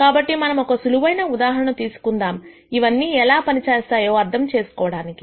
కాబట్టి మనం ఒక సులువైన ఉదాహరణను తీసుకుందాం ఇవన్నీ ఎలా పనిచేస్తాయో అర్థం చేసుకోవడానికి